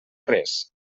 res